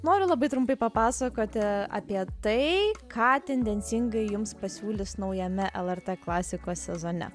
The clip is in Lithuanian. noriu labai trumpai papasakoti apie tai ką tendencingai jums pasiūlys naujame lrt klasikos sezone